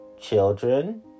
children